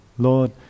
Lord